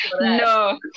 No